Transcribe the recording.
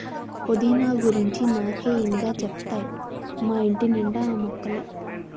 పుదీనా గురించి నాకే ఇం గా చెప్తావ్ మా ఇంటి నిండా ఆ మొక్కలే